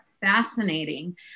fascinating